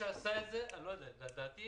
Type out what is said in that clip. לדעתי